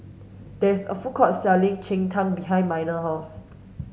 there is a food court selling Cheng Tng behind Minor's house